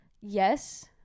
Yes